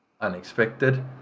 unexpected